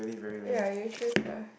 ya you choose lah